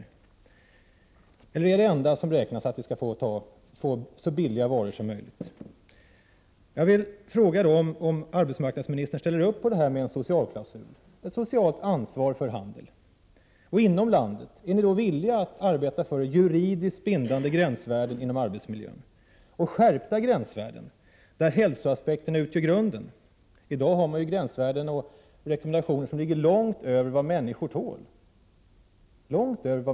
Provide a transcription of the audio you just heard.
Eller är så billiga varor som möjligt det enda som räknas? Jag vill fråga om arbetsmarknadsministern accepterar tanken på en socialklausul, ett socialt ansvar, när det gäller handel? Är ni villiga att arbeta för inom landet juridiskt bindande gränsvärden beträffande arbetsmiljön och för en skärpning av gränsvärdena, där hälsoaspekten utgör grunden? I dag har vi ju gränsvärden och rekommendationer som ligger långt över vad människor tål.